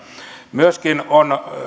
myöskin on